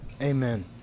Amen